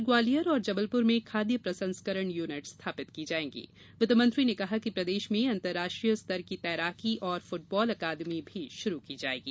उधर ग्वालियर और जबलपुर में खाद्य प्रसंस्करण यूनिट स्थापित की जायेगीं वित्त मंत्री ने कहा कि प्रदेश में अंतर्राष्ट्रीय स्तर की तैराकी ओर फुटबाल अकादमी शुरू की जायेगी